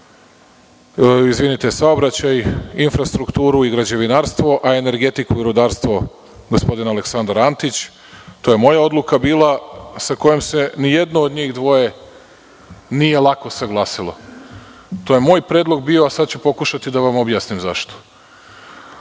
vodi saobraćaj, infrastrukturu i građevinarstvo, a energetiku i rudarstvo gospodin Aleksandar Antić. To je moja odluka bila sa kojom se nijedno od njih dvoje nije lako saglasilo. To je bio moj predlog, a sada ću pokušati da vam objasnim zašto.